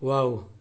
wow